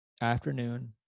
afternoon